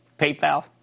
PayPal